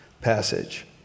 passage